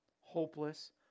hopeless